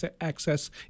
access